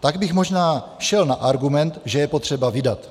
tak bych možná šel na argument, že je potřeba vydat.